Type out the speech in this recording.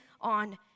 on